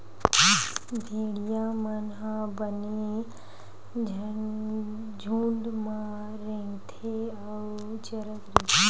भेड़िया मन ह बने झूंड म रेंगथे अउ चरत रहिथे